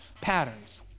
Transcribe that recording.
patterns